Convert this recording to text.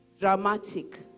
dramatic